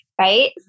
Right